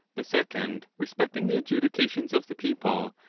the second, re specting the adjudications of the people,